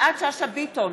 יפעת שאשא ביטון,